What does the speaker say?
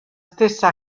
stessa